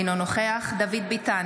אינו נוכח דוד ביטן,